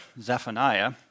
Zephaniah